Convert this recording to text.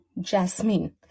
Jasmine